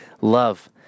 love